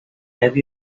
have